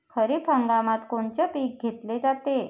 खरिप हंगामात कोनचे पिकं घेतले जाते?